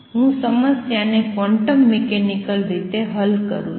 હું સમસ્યાને quantum mechanical રીતે હલ કરું છું